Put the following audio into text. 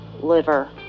liver